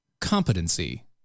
competency